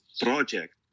project